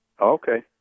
okay